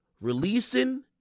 releasing